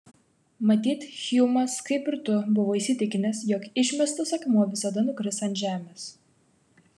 matyt hjumas kaip ir tu buvo įsitikinęs jog išmestas akmuo visada nukris ant žemės